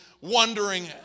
wondering